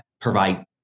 provide